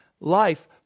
life